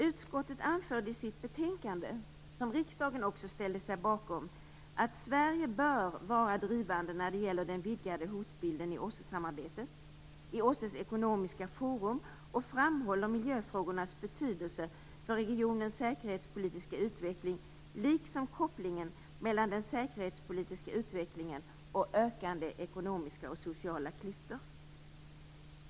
Utskottet anförde i sitt betänkande, som riksdagen också ställde sig bakom, att Sverige bör vara drivande när det gäller den vidgade hotbilden i OSSE samarbetet och i OSSE:s ekonomiska forum och framhålla miljöfrågornas betydelse för regionens säkerhetspolitiska utveckling liksom kopplingen mellan den säkerhetspolitiska utvecklingen och ökande ekonomiska och sociala klyftor.